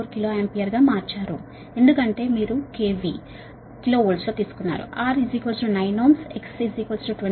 7874 kilo ampere గా మార్చారు ఎందుకంటే మీరు KV R 9 Ω X 26